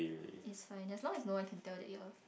it's fine as long as no one can tell that you are